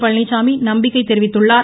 பழனிச்சாமி நம்பிக்கை தெரிவித்துள்ளார்